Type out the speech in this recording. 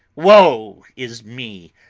woe is me!